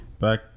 Back